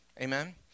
Amen